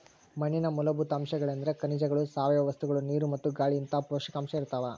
ಮಣ್ಣಿನ ಮೂಲಭೂತ ಅಂಶಗಳೆಂದ್ರೆ ಖನಿಜಗಳು ಸಾವಯವ ವಸ್ತುಗಳು ನೀರು ಮತ್ತು ಗಾಳಿಇಂತಹ ಪೋಷಕಾಂಶ ಇರ್ತಾವ